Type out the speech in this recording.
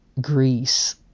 Greece